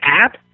app